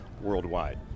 worldwide